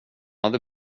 hade